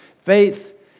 Faith